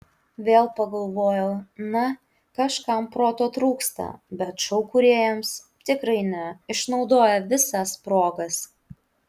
vėl pagalvojau na kažkam proto trūksta bet šou kūrėjams tikrai ne išnaudoja visas progas